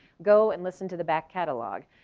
go and listen to the back catalog.